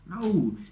No